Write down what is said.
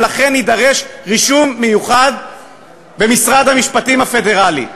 ולכן יידרש רישום מיוחד במשרד המשפטים הפדרלי.